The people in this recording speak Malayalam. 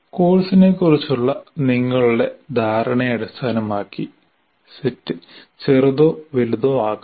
കോഴ്സിനെക്കുറിച്ചുള്ള നിങ്ങളുടെ ധാരണയെ അടിസ്ഥാനമാക്കി സെറ്റ് ചെറുതോ വലുതോ ആക്കാം